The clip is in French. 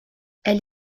elle